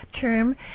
term